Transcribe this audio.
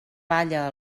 palla